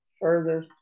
further